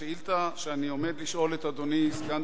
השאילתא שאני עומד לשאול את אדוני סגן